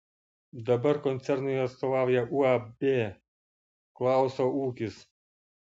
dabar koncernui atstovauja uab klauso ūkis